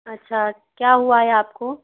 अच्छा क्या हुआ है आपको